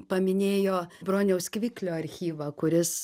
paminėjo broniaus kviklio archyvą kuris